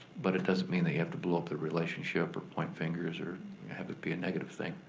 but it doesn't mean that you have to blow up the relationship or point fingers or have it be a negative thing.